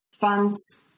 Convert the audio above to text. funds